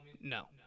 no